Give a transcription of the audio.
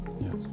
yes